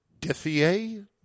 Dithier